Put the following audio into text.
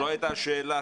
זה לא מה ששאלתי.